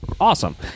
awesome